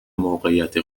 موقعیت